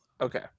okay